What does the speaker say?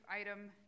item